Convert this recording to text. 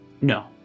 No